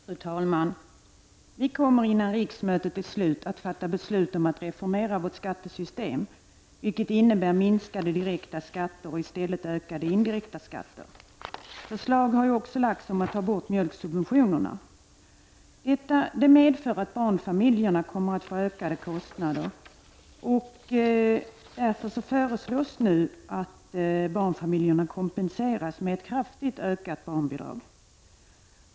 Fru talman! Vi kommer innan riksmötet är slut att fatta beslut om en reformering av vårt skattesystem, vilket innebär minskade direkta skatter och istället ökade indirekta skatter. Förslag har också lagts fram om borttagande av mjölksubventionerna. Detta medför att barnfamiljerna kommer att få ökade kostnader, och därför föreslås att barnfamiljerna kompenseras med ett kraftigt ökat barnbidrag.